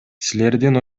силердин